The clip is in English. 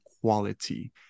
quality